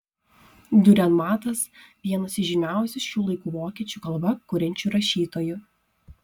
diurenmatas vienas iš žymiausių šių laikų vokiečių kalba kuriančių rašytojų